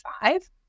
five